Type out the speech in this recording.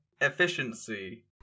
efficiency